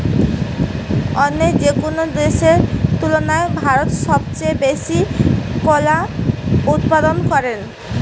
অইন্য যেকোনো দেশের তুলনায় ভারত সবচেয়ে বেশি কলা উৎপাদন করে